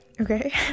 okay